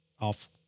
Off